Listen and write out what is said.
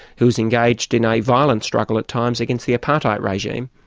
who was engaged in a violent struggle, at times against the apartheid regime.